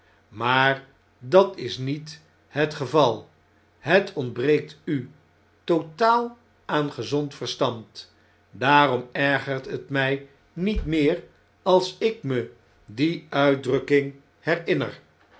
maar dat is niet het geval het ontbreekt u totaal aan gezond verstand daarom ergert het nijj niet meer als ik me die uitdrukking herinner